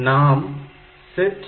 நாம் set B3